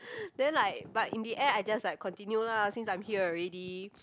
then like but in the end I just like continue lah since I'm here already